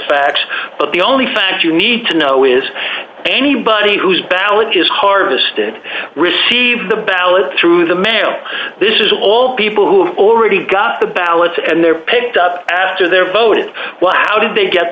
facts but the only facts you need to know is anybody who's ballot is harvested receive the ballot through the mail this is all people who already got the ballots and they're picked up after they're voted wow did they get